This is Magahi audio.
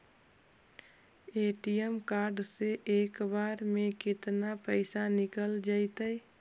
ए.टी.एम कार्ड से एक बार में केतना पैसा निकल जइतै?